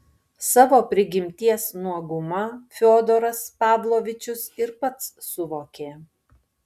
savo prigimties nuogumą fiodoras pavlovičius ir pats suvokė